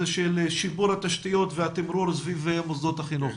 שיפור התשתיות והתמרור סביב מוסדות החינוך.